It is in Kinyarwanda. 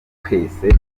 twese